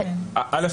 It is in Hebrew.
א',